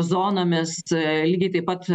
zonomis tai lygiai taip pat